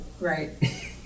right